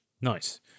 Nice